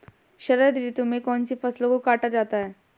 शरद ऋतु में कौन सी फसलों को काटा जाता है?